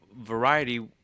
variety